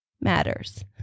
matters